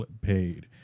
paid